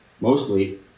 Mostly